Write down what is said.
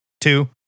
two